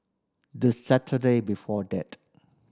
the Saturday before that